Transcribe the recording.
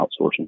outsourcing